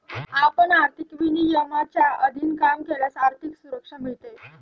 आपण आर्थिक विनियमांच्या अधीन काम केल्यास आर्थिक सुरक्षा मिळते